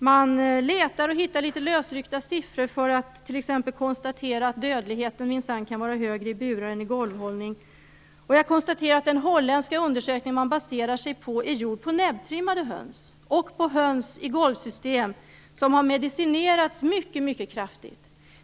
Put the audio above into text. Man letar och hittar litet lösryckta siffror på att dödligheten minsann kan vara högre i burar än vid golvhållning. Men den holländska undersökning man baserar detta på är gjord på näbbtrimmade höns och på höns som har medicinerats mycket kraftigt.